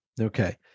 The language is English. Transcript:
Okay